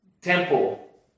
temple